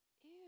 Ew